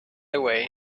away